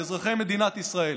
לאזרחי מדינת ישראל.